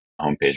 homepage